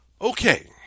okay